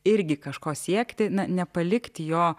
irgi kažko siekti na nepalikti jo